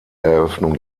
eröffnung